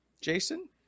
Jason